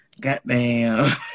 Goddamn